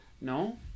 No